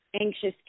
anxious